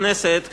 הכנסת,